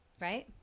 right